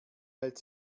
hält